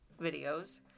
videos